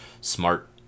smart